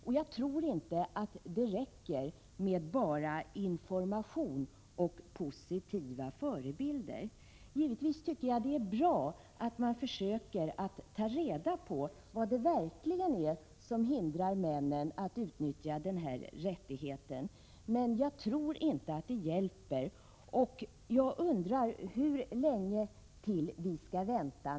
Det räcker inte med bara information och positiva förebilder. Givetvis är det bra att man försöker ta reda på vad det verkligen är som hindrar männen att utnyttja denna rättighet, men jag tror inte att detta hjälper. Jag undrar hur länge vi skall vänta.